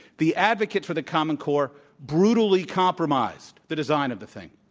the advocates for the common core brutally compromised the design of the thing.